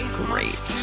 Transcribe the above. great